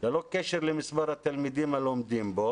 ללא קשר למספר התלמידים הלומדים בו